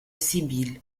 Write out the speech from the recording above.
sibylle